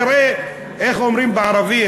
איך אומרים בערבית,